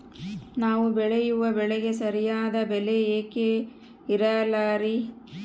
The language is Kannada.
ನಾವು ಬೆಳೆಯುವ ಬೆಳೆಗೆ ಸರಿಯಾದ ಬೆಲೆ ಯಾಕೆ ಇರಲ್ಲಾರಿ?